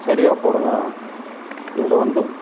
சரியா போடுங்கள் இதில் வந்து